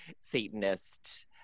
satanist